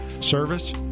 Service